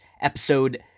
episode